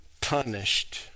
punished